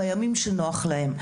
בימים הנוחים להם.